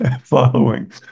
following